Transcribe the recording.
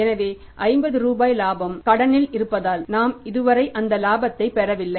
எனவே 50 ரூபாய் லாபம் கடனில் இருப்பதால் நாம் இதுவரை அந்த இலாபத்தை பெறவில்லை